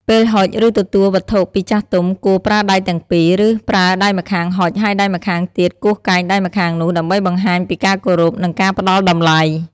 ពេលហុចឬទទួលវត្ថុពីចាស់ទុំ គួរ ប្រើដៃទាំងពីរ ឬប្រើដៃម្ខាងហុចហើយដៃម្ខាងទៀតគោះកែងដៃម្ខាងនោះ ដើម្បីបង្ហាញពីការគោរព និងការផ្ដល់តម្លៃ។